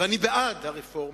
ואני בעד הרפורמה.